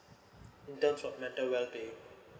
in terms of mental wellbeing